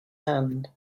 hand